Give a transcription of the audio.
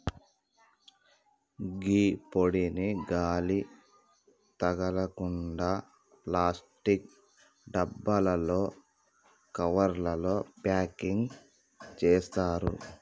గీ పొడిని గాలి తగలకుండ ప్లాస్టిక్ డబ్బాలలో, కవర్లల ప్యాకింగ్ సేత్తారు